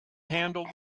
handle